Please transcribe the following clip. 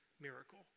miracle